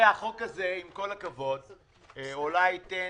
החוק הזה, עם כל הכבוד, אולי ייתן